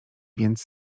więc